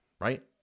right